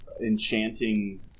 enchanting